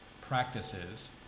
practices